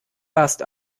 bust